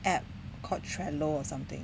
app called Trello or something